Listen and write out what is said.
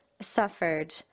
suffered